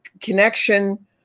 connection